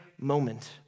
moment